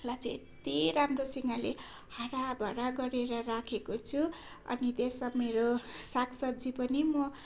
लाई चाहिँ यत्ति राम्रोसँगले हराभरा गरेर राखेको छु अनि त्यसमा मेरो सागसब्जी पनि म